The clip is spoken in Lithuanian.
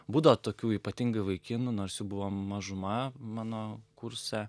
būdavo tokių ypatingai vaikinų nors jų buvo mažuma mano kurse